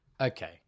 Okay